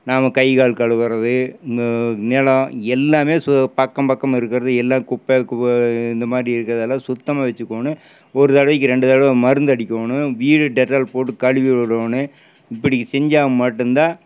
நாம் கைகால் கழுவுவது இந்த நிலம் எல்லாமே சு பக்கம் பக்கம் இருக்கிறது எல்லா குப்பை கு இந்த மாதிரி இருக்கிறதெல்லாம் சுத்தமாக வச்சிக்கணும் ஒரு தடவைக்கு ரெண்டு தடவை மருந்தடிக்கணும் வீடை டெட்டால் போட்டு கழுவி விடணும் இப்படி செஞ்சால் மட்டும்தான்